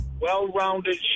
well-rounded